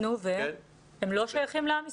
נו, והם לא שייכים לעם ישראל?